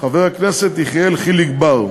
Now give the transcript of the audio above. חבר הכנסת יחיאל חיליק בר,